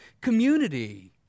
community